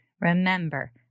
remember